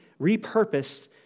repurposed